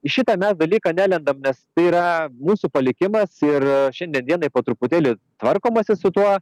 į šitą mes dalyką nelendam nes tai yra mūsų palikimas ir šiandien dienai po truputėlį tvarkomasi su tuo